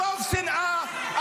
מרוב שנאה,